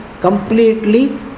completely